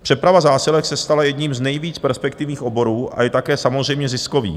Přeprava zásilek se stala jedním z nejvíc perspektivních oborů a je také samozřejmě ziskový.